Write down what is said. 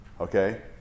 Okay